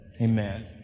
amen